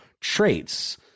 traits